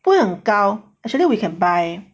不会很高 actually we can buy